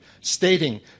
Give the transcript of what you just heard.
Stating